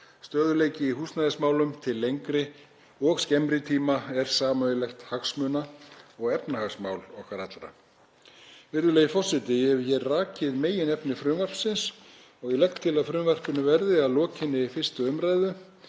Stöðugleiki í húsnæðismálum til lengri og skemmri tíma er sameiginlegt hagsmuna- og efnahagsmál okkar allra. Virðulegi forseti. Ég hef rakið meginefni frumvarpsins og legg til að því verði að lokinni 1. umr.